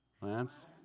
Lance